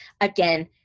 again